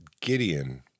Gideon